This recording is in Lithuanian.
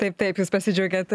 taip taip jūs pasidžiaugėt